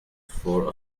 for